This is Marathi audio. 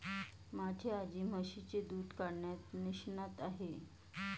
माझी आजी म्हशीचे दूध काढण्यात निष्णात आहे